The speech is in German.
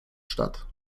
statt